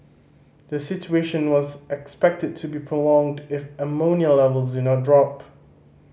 the situation was expected to be prolonged if ammonia levels do not drop